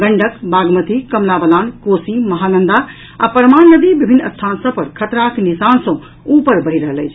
गंडक बागमती कमला बलान कोसी महानंदा आ परमान नदी विभिन्न स्थान सभ पर खतराक निशान सँ ऊपर बहि रहल अछि